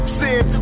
sin